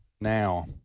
now